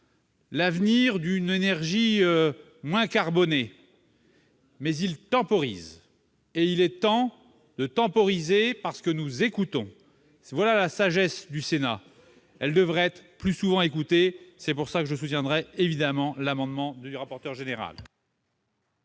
l'avenir d'une énergie moins carbonée, mais il temporise. Et il est temps de temporiser parce nous écoutons. Voilà la sagesse du Sénat ! Elle devrait être plus souvent suivie. C'est pourquoi je soutiendrai évidemment l'amendement de M. le rapporteur général.